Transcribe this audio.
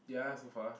ya so far